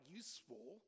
useful